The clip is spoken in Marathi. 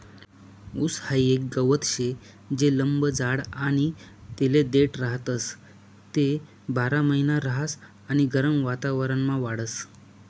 ऊस हाई एक गवत शे जे लंब जाड आणि तेले देठ राहतस, ते बारामहिना रहास आणि गरम वातावरणमा वाढस